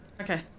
Okay